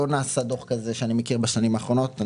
לא נעשה דוח כזה שאני מכיר בשנים האחרונות.